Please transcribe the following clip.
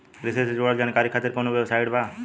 कृषि से जुड़ल जानकारी खातिर कोवन वेबसाइट बा?